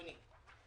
אדוני.